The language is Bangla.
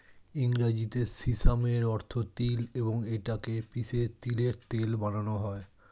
ইংরেজিতে সিসামের অর্থ তিল এবং এটা কে পিষে তিলের তেল বানানো হয়